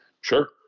Sure